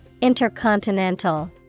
Intercontinental